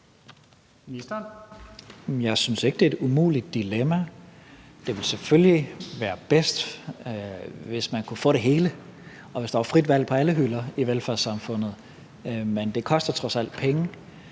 Jamen jeg synes ikke, det er et umuligt dilemma. Det ville selvfølgelig være bedst, hvis man kunne få det hele, og hvis der var frit valg på alle hylder i velfærdssamfundet, men det koster trods alt penge,